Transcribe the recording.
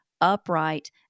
upright